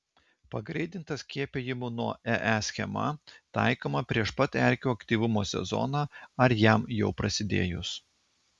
pagreitinta skiepijimų nuo ee schema taikoma prieš pat erkių aktyvumo sezoną ar jam jau prasidėjus